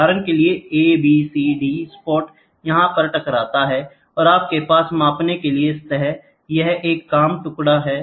उदाहरण के लिए है A B C D spot यहां पर टकराता है और आपके पास मापने के लिए सतह है यह एक काम का टुकड़ा है